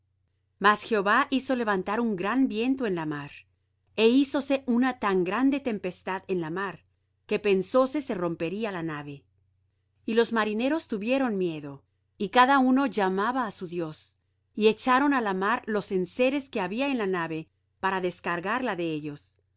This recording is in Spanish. mas jehová hizo levantar un gran viento en la mar é hízose una tan gran tempestad en la mar que pensóse se rompería la nave y los marineros tuvieron miedo y cada uno llamaba á su dios y echaron á la mar los enseres que había en la nave para descargarla de ellos